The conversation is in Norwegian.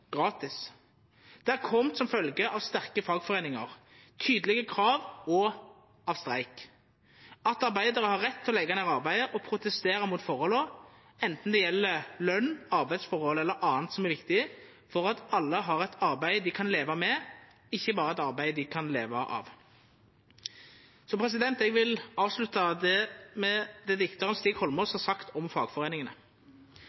gratis. Det har kome som følgje av sterke fagforeiningar, tydelege krav og streik at arbeidarar har rett til å leggja ned arbeidet og protestera mot forholda, enten det gjeld løn, arbeidsforhold eller anna som er viktig for at alle har eit arbeid dei kan leva med, ikkje berre eit arbeid dei kan leva av. Eg vil avslutta med det diktaren Stig Holmås